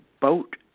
boat